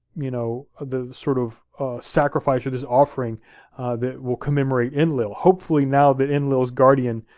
you know the sort of sacrifice or this offering that will commemorate enlil. hopefully now that enlil is guardian,